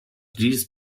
dies